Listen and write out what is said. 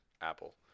Apple